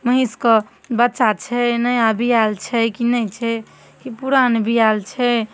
महीषके बच्चा छै ने आ बियाएल छै कि नहि छै कि पुरान बियाएल छै